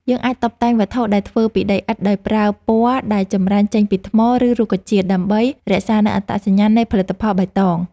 យើងអាចតុបតែងវត្ថុដែលធ្វើពីដីឥដ្ឋដោយប្រើពណ៌ដែលចម្រាញ់ចេញពីថ្ម ឬ រុក្ខជាតិ ដើម្បីរក្សានូវអត្តសញ្ញាណនៃផលិតផលបៃតង។